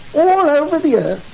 all over the earth,